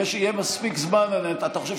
חבר הכנסת אבו שחאדה, יהיה מספיק זמן.